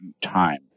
time